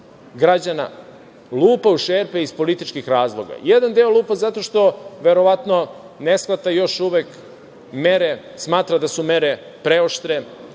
građana lupa u šerpe iz političkih razloga. Jedan deo lupa zato što verovatno ne shvata još uvek mere, smatra da su mere preoštre